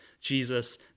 Jesus